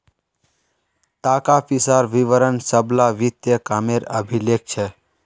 ताका पिसार विवरण सब ला वित्तिय कामेर अभिलेख छे